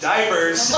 Diapers